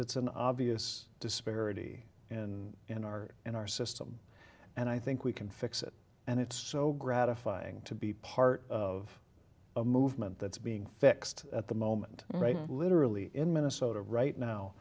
it's an obvious disparity in in our in our system and i think we can fix it and it's so gratifying to be part of a movement that's being fixed at the moment right literally in minnesota right now